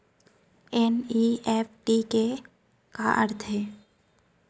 NEFT के का अर्थ है?